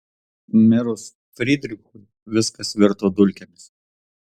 mirus frydrichui viskas virto dulkėmis